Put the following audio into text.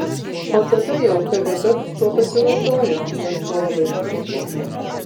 o tada jau kgb tuo pasinaudojo nes buvo labai paranku